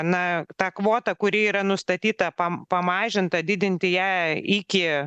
na tą kvotą kuri yra nustatyta pam pamažinta didinti ją iki